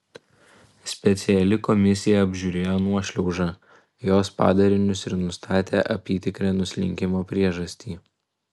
speciali komisija apžiūrėjo nuošliaužą jos padarinius ir nustatė apytikrę nuslinkimo priežastį